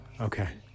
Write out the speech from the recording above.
Okay